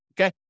Okay